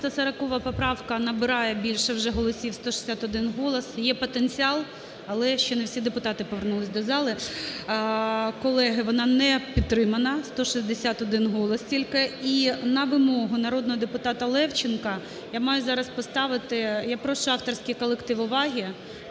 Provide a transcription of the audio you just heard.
340 поправка набирає більше вже голосів, 161 голос. Є потенціал, але ще не всі депутати повернулись до зали. Колеги, вона не підтримана, 161 голос тільки. І на вимогу народного депутата Левченка я маю зараз поставити… я прошу авторський колектив уваги,